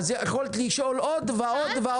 אז יכולת לשאול עוד ועוד ועוד.